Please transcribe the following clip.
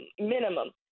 Minimum